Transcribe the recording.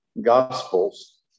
gospel's